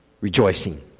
rejoicing